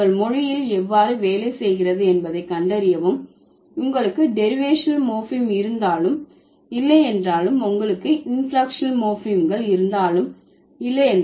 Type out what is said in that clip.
அது உங்கள் மொழியில் எவ்வாறு வேலை செய்கிறது என்பதை கண்டறியவும் உங்களுக்கு டெரிவேஷனல் மோர்பீம் இருந்தாலும் இல்லை என்றாலும் உங்களுக்கு இன்ஃப்ளெக்ஷன் மோர்ஃபிம்கள் இருந்தாலும் இல்லை